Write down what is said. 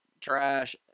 Trash